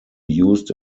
used